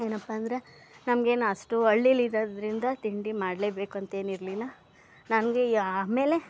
ಏನಪ್ಪಾ ಅಂದರೆ ನಮ್ಗೇನು ಅಷ್ಟು ಹಳ್ಳಿಲಿ ಇರೋದರಿಂದ ತಿಂಡಿ ಮಾಡಲೇಬೇಕು ಅಂತೇನಿರಲಿಲ್ಲ ನನಗೆ ಆಮೇಲೆ